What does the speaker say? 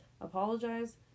apologize